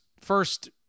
first